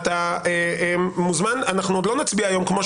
כמו שאמרתי, אנחנו לא נצביע היום.